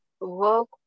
Work